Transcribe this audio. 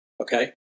Okay